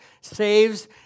Saves